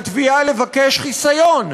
לתביעה לבקש חיסיון.